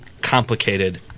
complicated